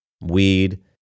weed